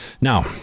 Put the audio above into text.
now